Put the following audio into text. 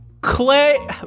Clay